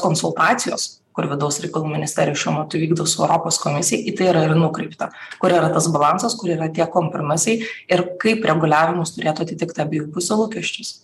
konsultacijos kur vidaus reikalų ministerijos šiuo metu vykdo su europos komisija į tai yra ir nukreipta kur yra tas balansas kur yra tie kompromisai ir kaip reguliavimas turėtų atitikt abiejų pusių lūkesčius